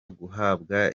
guhabwa